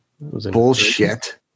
Bullshit